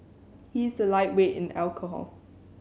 he is a lightweight in alcohol